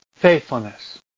faithfulness